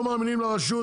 אני לא מאמין לרשות,